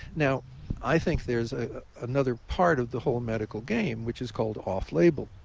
now i think there's ah another part of the whole medical game, which is called off label,